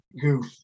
goof